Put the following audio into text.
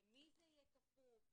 למי זה יהיה כפוף,